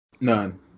None